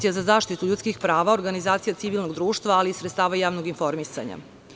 Hvala.) … za zaštitu ljudskih prava, organizacija civilnog društva, ali i sredstava javnog informisanja.